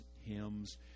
hymns